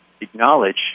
acknowledge